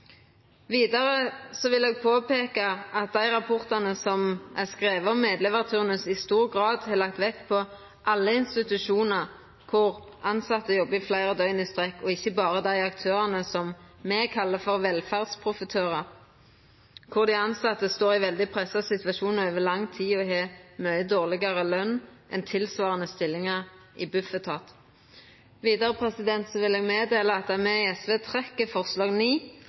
om medlevarturnus, i stor grad har lagt vekt på alle institusjonar der tilsette jobbar i fleire døgn i strekk – ikkje berre dei aktørane som me kallar for velferdsprofitørar, der dei tilsette står i veldig pressa situasjonar over lang tid, og har mykje dårlegare løn enn i tilsvarande stillingar i Bufetat. Vidare vil eg melda frå at me i SV trekkjer forslag